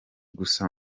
gusa